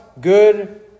good